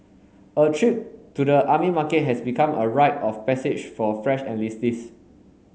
a trip to the army market has become a rite of passage for fresh enlistees